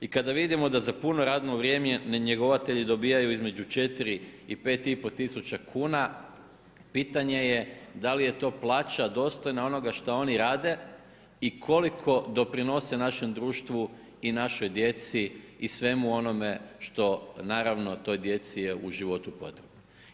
I kada vidimo da za puno radno vrijeme njegovatelji dobivaju između 4-5,5 tisuća kn, pitanje je da li je to plaća dostojna onoga što oni rade i koliko doprinose našem društvu i našoj djeci i svemu onome što naravno, toj djeci je u životu potrebno.